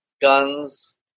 guns